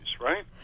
right